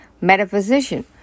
metaphysician